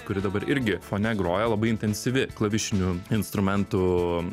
kuri dabar irgi fone groja labai intensyvi klavišinių instrumentų